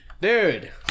dude